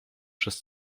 przez